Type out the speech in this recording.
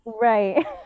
Right